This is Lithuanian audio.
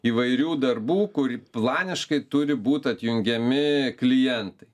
įvairių darbų kur planiškai turi būt atjungiami klientai